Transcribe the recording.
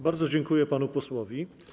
Bardzo dziękuję panu posłowi.